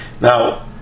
Now